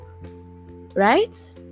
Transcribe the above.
Right